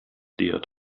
djh